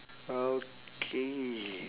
okay